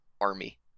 army